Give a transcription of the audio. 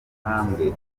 ntambwe